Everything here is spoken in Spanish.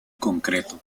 concreto